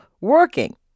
working